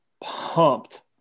pumped